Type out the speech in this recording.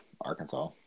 Arkansas